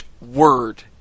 Word